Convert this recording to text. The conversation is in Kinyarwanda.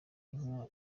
inka